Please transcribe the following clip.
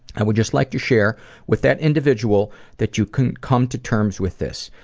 i would just like to share with that individual that you can come to terms with this.